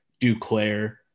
Duclair